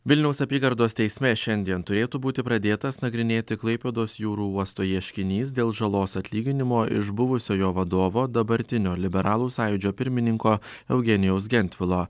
vilniaus apygardos teisme šiandien turėtų būti pradėtas nagrinėti klaipėdos jūrų uosto ieškinys dėl žalos atlyginimo iš buvusio jo vadovo dabartinio liberalų sąjūdžio pirmininko eugenijaus gentvilo